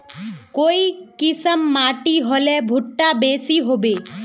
काई किसम माटी होले भुट्टा बेसी होबे?